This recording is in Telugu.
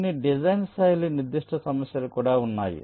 కొన్ని డిజైన్ శైలి నిర్దిష్ట సమస్యలు కూడా ఉన్నాయి